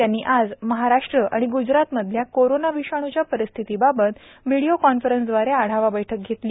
त्यांनी आज महाराष्ट्र आणि गुजरातमधल्या कोरोना विषाणूच्या परिस्थितीबाबत व्हीडीओ कॉन्फरन्सदवारे आढावा बैठक घेतला